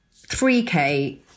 3k